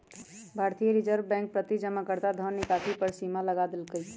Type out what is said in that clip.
भारतीय Reserve Bank प्रति जमाकर्ता धन निकासी पर सीमा लगा देलकइ